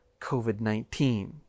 COVID-19